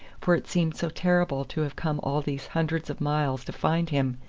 for it seemed so terrible to have come all these hundreds of miles to find him,